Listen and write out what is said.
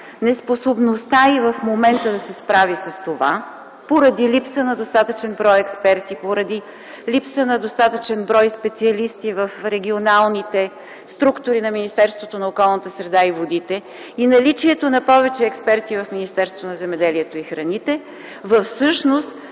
неспособността й в момента да се справи с това поради липса на достатъчен брой експерти, поради липса на достатъчен брой специалисти в регионалните структури на Министерството на околната среда и водите, и наличието на повече експерти в Министерството на земеделието и храните, всъщност